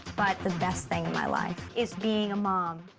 but the best thing in my life is being a mom.